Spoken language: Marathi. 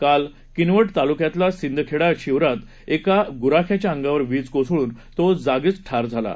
काल किनवट तालूक्यातल्या सिंदखेडा शिवारात एका गुराख्याच्या अंगावर वीज कोसळून तो जागीच ठार झाला आहे